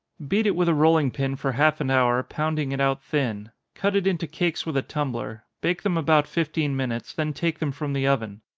beat it with a rolling-pin for half an hour, pounding it out thin cut it into cakes with a tumbler bake them about fifteen minutes, then take them from the oven.